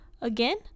again